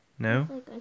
No